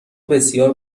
بسیار